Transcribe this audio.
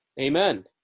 Amen